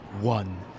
One